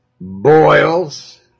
boils